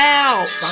out